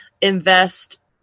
invest